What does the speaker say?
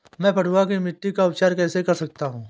मैं पडुआ की मिट्टी का उपचार कैसे कर सकता हूँ?